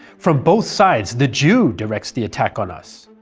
from both sides the jew directs the attack on us.